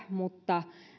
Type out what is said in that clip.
mutta